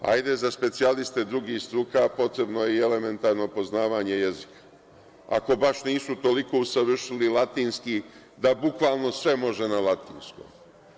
Hajde, za specijaliste drugih struka potrebno je i elementarno poznavanje jezika, ako baš nisu toliko usavršili latinski da bukvalno sve može na latinskom.